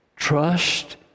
Trust